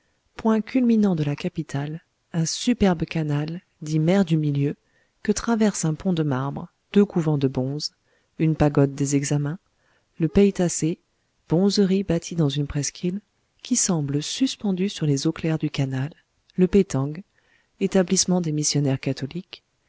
point culminant de la capitale un superbe canal dit mer du milieu que traverse un pont de marbre deux couvents de bonzes une pagode des examens le peï tha sse bonzerie bâtie dans une presqu'île qui semble suspendue sur les eaux claires du canal le peh tang établissement des missionnaires catholiques